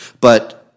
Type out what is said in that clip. but-